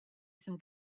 some